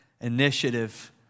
initiative